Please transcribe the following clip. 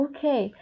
Okay